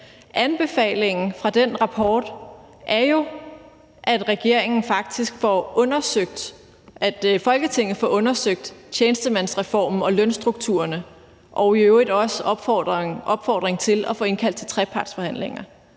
Anbefalingen fra den rapport er jo, at Folketinget faktisk får undersøgt tjenestemandsreformen og lønstrukturerne, og der er i øvrigt også en opfordring til at få indkaldt til trepartsforhandlinger.